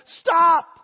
stop